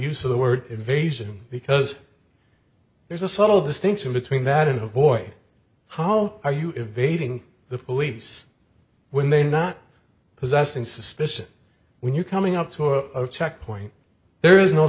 use of the word invasion because there's a subtle distinction between that and a void how are you evading the police when they not possessing suspicion when you coming up to a checkpoint there is no